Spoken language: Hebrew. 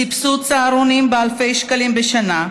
סבסוד צהרונים באלפי שקלים בשנה,